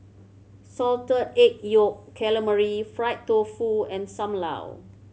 Salted Egg Yolk Calamari fried tofu and Sam Lau